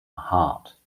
hart